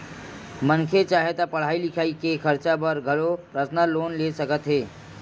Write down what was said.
मनखे चाहे ता पड़हई लिखई के खरचा बर घलो परसनल लोन ले सकत हे